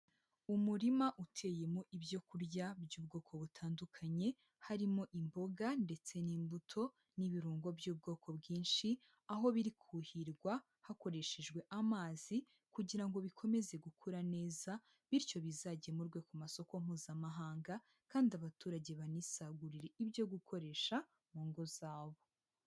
Umurima uteyemo ibyo kurya by'ubwoko butandukanye, harimo imboga ndetse n'imbuto n'ibirungo by'ubwoko bwinshi, aho biri kuhirwa hakoreshejwe amazi, kugira ngo bikomeze gukura neza bityo bizagemurwe ku masoko mpuzamahanga, kandi abaturage banisagurire ibyo gukoresha mu ngo zabo.